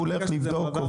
הוא הולך לבדוק?